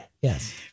Yes